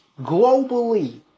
globally